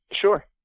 Sure